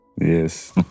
Yes